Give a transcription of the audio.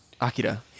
Akira